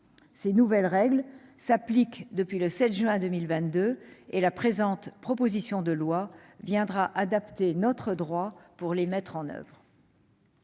Ces nouvelles règles s'appliquent depuis le 7 juin 2022, et la présente proposition de loi viendra adapter notre droit pour les mettre en oeuvre.